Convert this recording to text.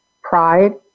pride